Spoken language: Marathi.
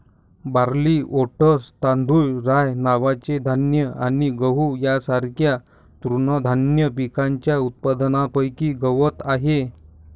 बार्ली, ओट्स, तांदूळ, राय नावाचे धान्य आणि गहू यांसारख्या तृणधान्य पिकांच्या उत्पादनापैकी गवत आहे